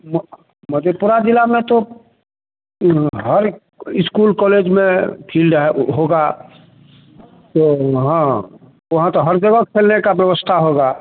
न मधेपुरा ज़िले में तो ओइमे हर स्कूल कॉलेज में फिल्ड है होगा तो हँ वहाँ तो हर जगह खेलने की व्यवस्था होगी